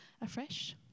afresh